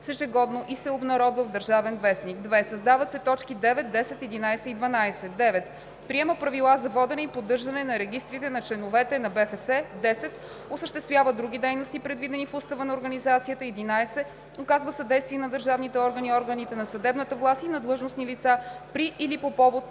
„ежегодно и се обнародва в „Държавен вестник“. 2. Създават се т. 9, 10, 11 и 12: „9. приема правила за водене и поддържане на регистрите на членовете на БФС; 10. осъществява други дейности, предвидени в устава на организацията; 11. оказва съдействие на държавните органи, органите на съдебната власт и на длъжностни лица при или по повод